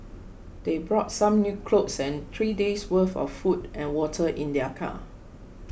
they brought some new clothes and three days worth of food and water in their car